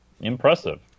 impressive